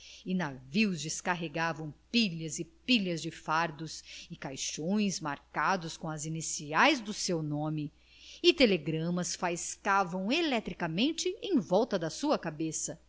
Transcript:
e navios descarregavam pilhas e pilhas de fardos e caixões marcados com as iniciais do seu nome e telegramas faiscavam eletricamente em volta da sua cabeça